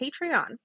Patreon